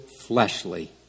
fleshly